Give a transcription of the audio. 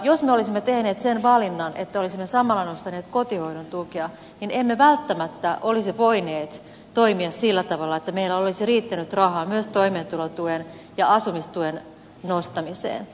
jos me olisimme tehneet sen valinnan että olisimme samalla nostaneet kotihoidon tukea niin emme välttämättä olisi voineet toimia sillä tavalla että meillä olisi riittänyt rahaa myös toimeentulotuen ja asumistuen nostamiseen